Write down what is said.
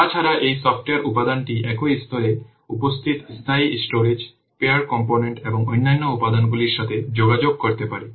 তা ছাড়া এই সফ্টওয়্যার উপাদানটি একই স্তরে উপস্থিত স্থায়ী স্টোরেজ পিয়ার কম্পোনেন্ট এবং অন্যান্য উপাদানগুলির সাথে যোগাযোগ করতে পারে